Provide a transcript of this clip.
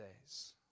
days